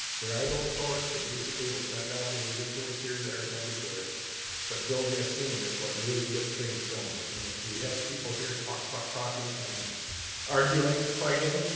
there are those poets that basically will send out individually here, there, and everywhere but building a scene is what really gets things going. and if we have people here talk-talk-talking talk-talk-talking and arguing, fighting,